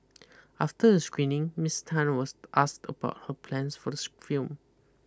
after the screening Miss Tan was asked about her plans for this film